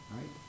right